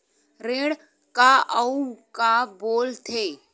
ऋण का अउ का बोल थे?